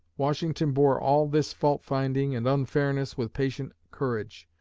washington bore all this fault-finding and unfairness with patient courage.